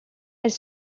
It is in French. elle